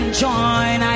join